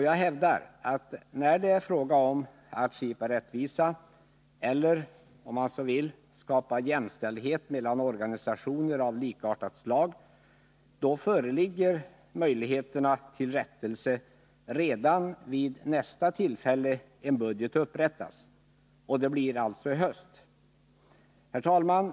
Jag hävdar att när det är fråga om att skipa rättvisa eller, om man så vill, skapa jämställdhet mellan organisationer av likartat slag, föreligger möjligheterna till rättelse redan vid nästa tillfälle en budget upprättas. Det blir alltså i höst. Herr talman!